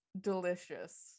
delicious